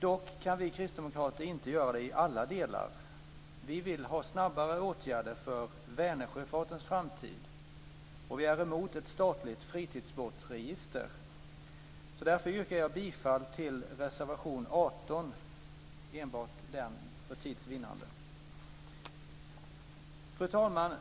Dock kan vi kristdemokrater inte göra det i alla delar. Vi vill ha snabbare åtgärder för Vänersjöfartens framtid. Vi är också emot ett statligt fritidsbåtsregister. Därför yrkar jag för tids vinnande bifall enbart till reservation 18. Fru talman!